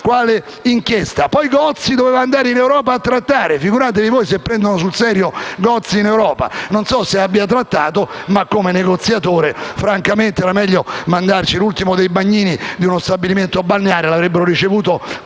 quale inchiesta. Poi Gozi doveva andare in Europa a trattare: figuratevi voi se prendono sul serio Gozi in Europa. Non so se abbia trattato, ma come negoziatore, francamente, forse era meglio mandarci l'ultimo dei bagnini di uno stabilimento balneare, lo avrebbero ricevuto